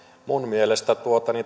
minun mielestäni